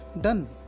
done